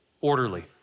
orderly